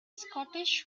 scottish